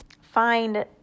find